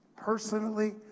personally